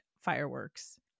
fireworks